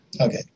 Okay